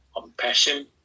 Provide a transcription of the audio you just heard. compassion